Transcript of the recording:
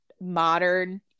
modern